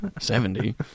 Seventy